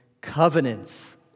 covenants